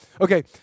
Okay